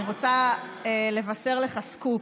אני רוצה לבשר לך סקופ.